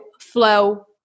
flow